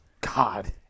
God